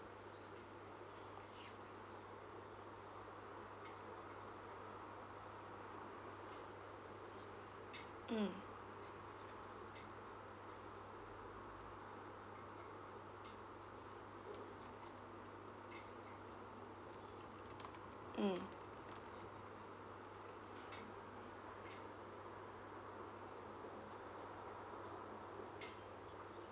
mm mm mm